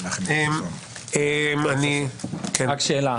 רק שאלה,